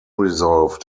resolved